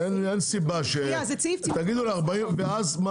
ואז מה?